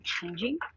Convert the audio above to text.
changing